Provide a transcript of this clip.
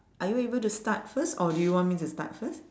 are you able to start first or do you want me to start first